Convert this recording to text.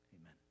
amen